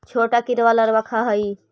छोटा कीड़ा लारवा खाऽ हइ